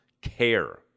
care